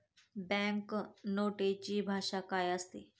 Bank नोटेची भाषा काय असते?